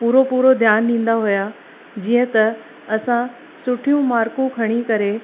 पूरो पूरो ध्यानु ॾींदा हुआ जीअं त असां सुठियूं मार्कूं खणी करे